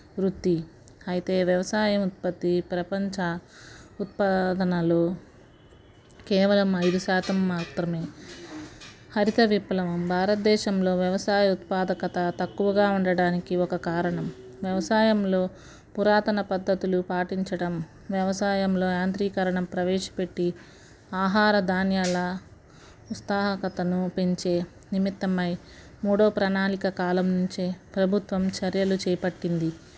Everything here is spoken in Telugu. వృత్తి అయితే వ్యవసాయం ఉత్పత్తి ప్రపంచం ఉత్పాధనలో కేవలం ఐదు శాతం మాత్రమే హరిత విప్లవం భారతదేశంలో వ్యవసాయ ఉత్పాదకత తక్కువగా ఉండటానికి ఒక కారణం వ్యవసాయంలో పురాతన పద్ధతులు పాటించడం వ్యవసాయంలో యాంత్రికరణ ప్రవేశపెట్టి ఆహార ధాన్యాల ఉస్తానకతను పెంచే నిమిత్తమై మూడో ప్రణాళిక కాలం నుంచే ప్రభుత్వం చర్యలు చేపట్టింది